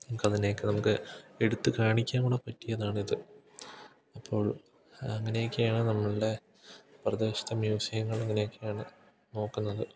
നമുക്ക് അതിനേയൊക്കെ നമുക്ക് എടുത്ത് കാണിക്കാൻ കൂടെ പറ്റിയതാണിത് അപ്പോൾ അങ്ങനെയൊക്കെയാണ് നമ്മളുടെ പ്രദേശത്തെ മ്യൂസിയങ്ങൾ ഇങ്ങനെയൊക്കെയാണ് നോക്കുന്നത്